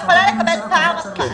היא יכולה לקבל פעם אחת.